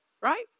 Right